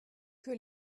que